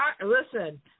Listen